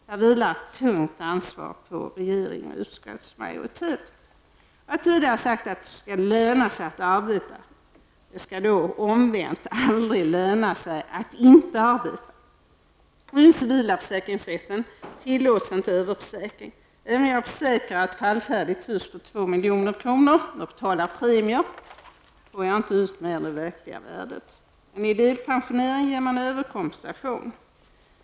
Här vilar ett tungt ansvar på regeringen och utskottsmajoriteten. Jag har tidigare sagt att det skall löna sig att arbeta. Det skall då omvänt aldrig löna sig att inte arbeta. I den civila försäkringsrätten tillåts inte överförsäkring. Även om jag försäkrar ett fallfärdigt hus för 2 milj.kr. och betalat premier, får jag inte ut mer än det verkliga värdet. Men i delpensioneringen ger man överkompensation.